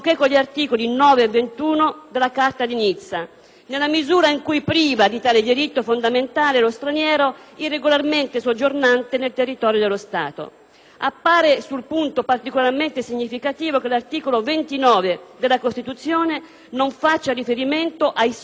nella misura in cui priva di tale diritto fondamentale lo straniero irregolarmente soggiornante nel territorio dello Stato. Appare sul punto particolarmente significativo che l'articolo 29 della Costituzione non faccia riferimento ai soli cittadini quali titolari di tale diritto.